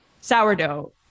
sourdough